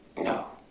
No